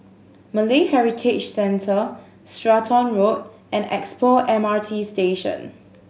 Malay Heritage Centre Stratton Road and Expo M R T Station